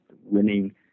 winning